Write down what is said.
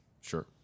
Sure